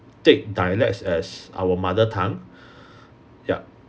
take dialects as our mother tongue yup